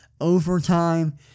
Overtime